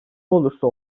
olursa